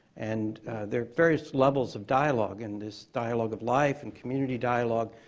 and there are various levels of dialogue in this dialogue of life and community dialogue.